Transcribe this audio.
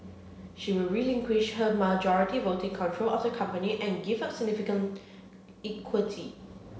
she will relinquish her majority voting control of the company and give up significant equity